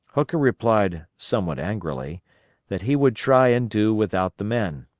hooker replied somewhat angrily that he would try and do without the men.